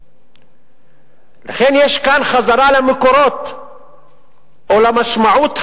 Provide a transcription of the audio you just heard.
לכן, יש כאן חזרה למקורות או למשמעות העמוקה,